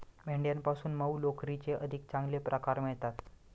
मेंढ्यांपासून मऊ लोकरीचे अधिक चांगले प्रकार मिळतात